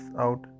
out